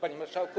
Panie Marszałku!